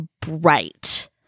bright